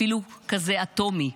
אפילו כזה אטומי.